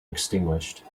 extinguished